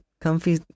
comfy